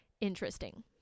interesting